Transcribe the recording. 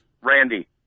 randy